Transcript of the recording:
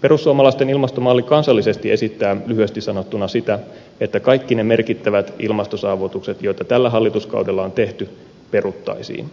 perussuomalaisten ilmastomalli kansallisesti esittää lyhyesti sanottuna sitä että kaikki ne merkittävät ilmastosaavutukset joita tällä hallituskaudella on tehty peruttaisiin